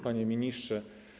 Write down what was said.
Panie Ministrze!